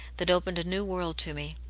that opened a new world to me.